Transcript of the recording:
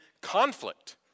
conflict